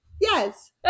Yes